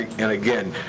and again,